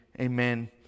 amen